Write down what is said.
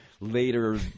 later